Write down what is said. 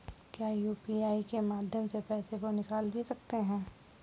क्या यू.पी.आई के माध्यम से पैसे को निकाल भी सकते हैं?